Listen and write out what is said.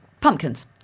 pumpkins